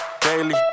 daily